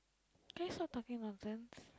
can you stop talking nonsense